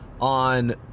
on